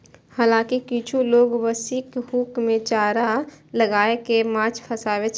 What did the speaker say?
हालांकि किछु लोग बंशीक हुक मे चारा लगाय कें माछ फंसाबै छै